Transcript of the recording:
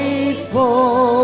Faithful